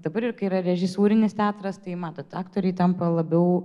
dabar yra režisūrinis teatras tai matot aktoriai tampa labiau